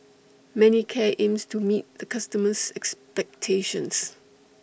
Manicare aims to meet The customers' expectations